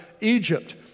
Egypt